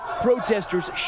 Protesters